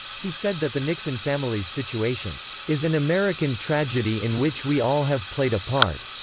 he said that the nixon family's situation is an american tragedy in which we all have played a part.